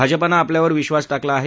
भाजपानं आपल्यावर विश्वास टाकला आहे